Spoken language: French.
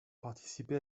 participé